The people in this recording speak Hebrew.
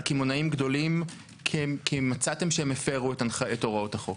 קמעונאים גדולים כי מצאתם שהפרו את הוראות החוק?